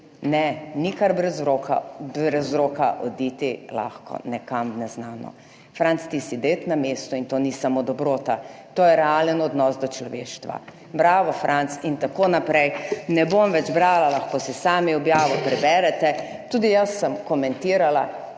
ne, ni kar brez vzroka oditi lahko nekam v neznano. Franc, ti si ded na mestu in to ni samo dobrota, to je realen odnos do človeštva. Bravo, Franc, in tako naprej. Ne bom več brala, lahko si sami objavo preberete. Tudi jaz sem komentirala